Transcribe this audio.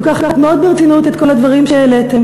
לוקחת מאוד ברצינות את כל הדברים שהעליתם,